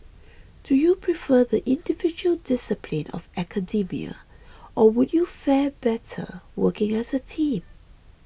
do you prefer the individual discipline of academia or would you fare better working as a team